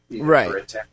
Right